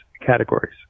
categories